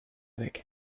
weg